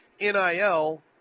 NIL